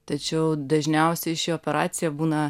tačiau dažniausiai ši operacija būna